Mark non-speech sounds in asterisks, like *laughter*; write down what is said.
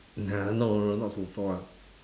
*laughs* no no no not song-fa one